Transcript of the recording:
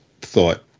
thought